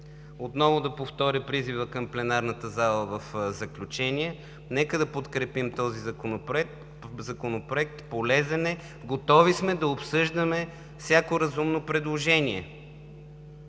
Отново да повторя призива към пленарната зала в заключение: нека да подкрепим този законопроект – полезен е, готови сме да обсъждаме всяко разумно предложение.